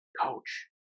Coach